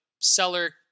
seller